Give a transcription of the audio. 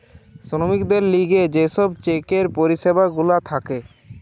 শ্রমিকদের লিগে যে সব চেকের পরিষেবা গুলা থাকে